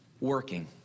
working